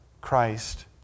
Christ